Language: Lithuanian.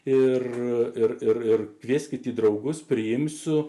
ir ir ir kvieskite draugus priimsiu